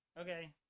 Okay